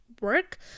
work